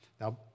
now